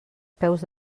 peus